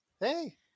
Hey